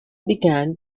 began